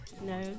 No